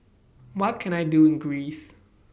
What Can I Do in Greece